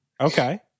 Okay